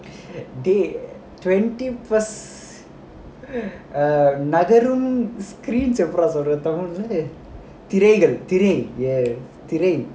[deh] twenty first நகரும்:nagarum screens எப்படி:eppadi dah சொல்றது:solrathu tamil leh திரைகள் திரை திரை:thiraigal thirai thirai